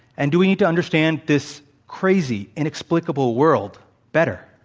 and do we need to understand this crazy, inexplicable world better?